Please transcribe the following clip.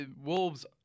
Wolves